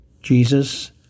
Jesus